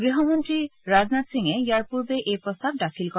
গৃহমন্ত্ৰী ৰাজনাথ সিঙে ইয়াৰ পূৰ্বে এই প্ৰস্তাৱ উখাপন কৰে